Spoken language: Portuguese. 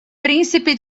príncipe